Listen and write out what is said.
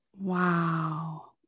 Wow